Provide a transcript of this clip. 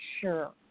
sure